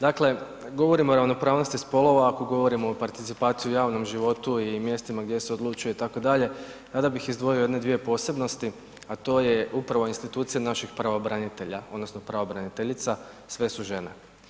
Dakle, govorimo o ravnopravnosti spolova ako govorimo o participaciji u javnom životu i mjestima gdje se odlučuje itd., sada bih izdvojio jedne dvije posebnosti, a to je upravo institucija naših pravobranitelja odnosno pravobraniteljica, sve su žene.